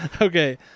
okay